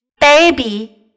Baby